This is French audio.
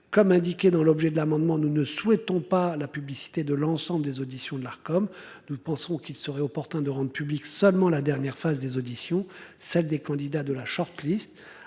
Comme indiqué dans l'objet de l'amendement. Nous ne souhaitons pas la publicité de l'ensemble des auditions de l'Arcom. Nous pensons qu'il serait opportun de rendre public seulement la dernière phase des auditions, celle des candidats de la short list